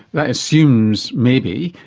that assumes, maybe,